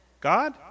God